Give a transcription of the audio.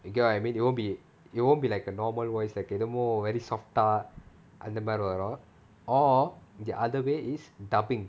you get what I mean it won't be it won't be like a normal voice like என்னமோ:ennamo very soft ah அந்த மாரி வரும்:antha maari varum or the other way is dubbing